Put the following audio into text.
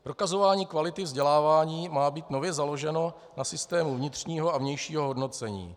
Prokazování kvality vzdělávání má být nově založeno na systému vnitřního a vnějšího hodnocení.